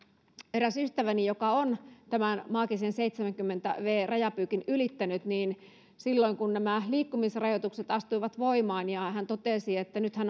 eräs ystäväni joka on tämän maagisen seitsemänkymmentä v rajapyykin ylittänyt niin silloin kun nämä liikkumisrajoitukset astuivat voimaan hän totesi että nyt hän